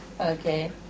Okay